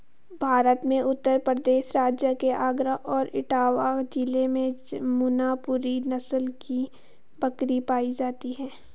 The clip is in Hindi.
भारत में उत्तर प्रदेश राज्य के आगरा और इटावा जिले में जमुनापुरी नस्ल की बकरी पाई जाती है